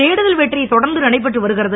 தேடுதல் வேட்டை தொடர்ந்து நடைபெற்று வருகிறது